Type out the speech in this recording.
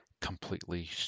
completely